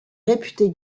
réputée